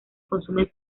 consumen